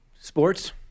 Sports